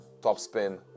topspin